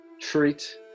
treat